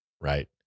right